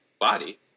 body